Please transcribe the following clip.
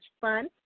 fun